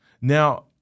Now